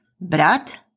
brat